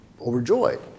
overjoyed